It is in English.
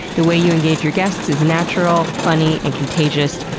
the way you engage your guests is natural, funny and contagious.